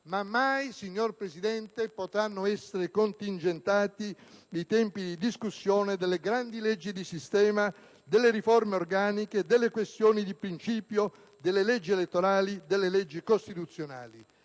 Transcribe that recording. Ma mai, signor Presidente, potranno essere contingentati i tempi di discussione delle grandi leggi di sistema, delle riforme organiche, delle questioni di principio, delle leggi elettorali, delle leggi costituzionali.